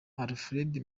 alfred